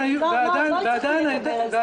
לא הצלחתי לקבל על זה הסברים.